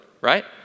right